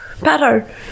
better